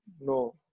No